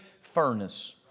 furnace